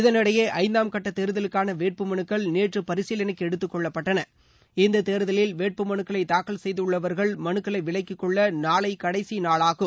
இதனிடையே ஐந்தாம் கட்ட தேர்தலுக்கான வேட்பு மனுக்கள் நேற்று பரிசீலனைக்கு எடுத்துக் கொள்ளபட்டன இந்த தேர்தலில் வேட்புமனுக்களை தாக்கல் செய்துள்ளவா்கள் மனுக்களை விலக்கிக்கொள்ள நாளை கடைசி நாளாகும்